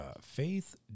Faith